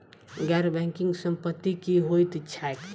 गैर बैंकिंग संपति की होइत छैक?